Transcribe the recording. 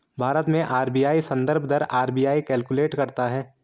भारत में आर.बी.आई संदर्भ दर आर.बी.आई कैलकुलेट करता है